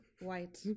White